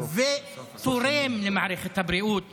ותורם למערכת הבריאות